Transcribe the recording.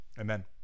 amen